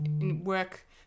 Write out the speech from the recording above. work